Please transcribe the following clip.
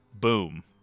Boom